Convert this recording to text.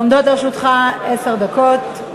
עומדות לרשותך עשר דקות.